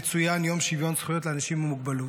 יצוין יום שוויון זכויות לאנשים עם מוגבלות.